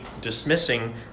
dismissing